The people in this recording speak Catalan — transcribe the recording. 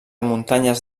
muntanyes